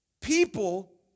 People